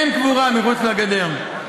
אין קבורה מחוץ לגדר.